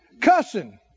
cussing